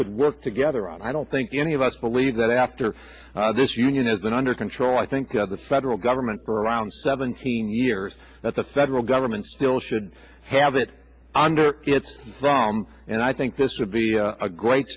could work together on i don't think any of us believe that after this union has been under control i think the federal government for around seventeen years that the federal government still should have it under its thumb and i think this would be a great